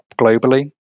globally